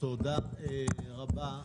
תודה רבה.